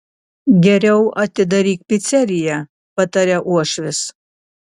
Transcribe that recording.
geriau atidaryk piceriją pataria uošvis